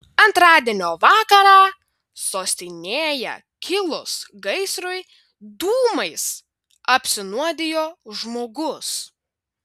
antradienio vakarą sostinėje kilus gaisrui dūmais apsinuodijo žmogus